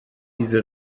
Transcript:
diese